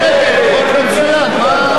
את הצעת חוק ביטוח בריאות ממלכתי (תיקון,